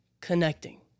connecting